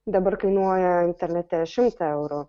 dabar kainuoja internete šimtą eurų